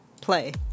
play